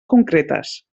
concretes